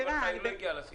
רגע, היא תגיע לסעיף הזה.